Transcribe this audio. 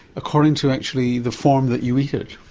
according to actually the form that you eat it.